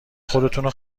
خودتونو